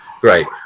great